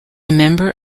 member